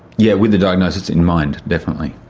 yeah with the diagnosis in mind, definitely.